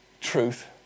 truth